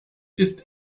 ist